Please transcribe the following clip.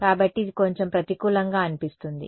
కాబట్టి ఇది కొంచెం ప్రతికూలంగా అనిపిస్తుంది